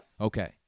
Okay